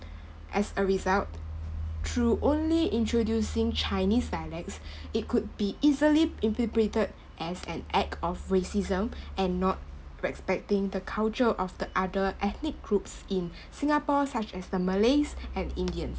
as a result through only introducing chinese dialects it could be easily interpreted as an act of racism and not respecting the culture of the other ethnic groups in singapore such as the malays and indian